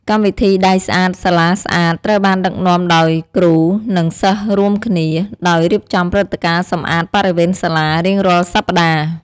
កម្មវិធី “ដៃស្អាត សាលាស្អាត” ត្រូវបានដឹកនាំដោយគ្រូ និងសិស្សរួមគ្នា ដោយរៀបចំព្រឹត្តិការណ៍សម្អាតបរិវេណសាលារៀងរាល់សប្តាហ៍។